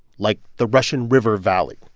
like the russian river valley,